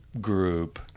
group